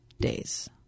days